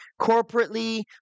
corporately